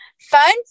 Fun